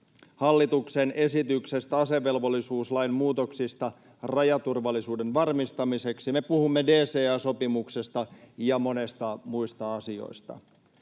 hallituksen esityksestä asevelvollisuuslain muutoksista rajaturvallisuuden varmistamiseksi, me puhumme DCA-sopimuksesta ja monista muista asioista.